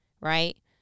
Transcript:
right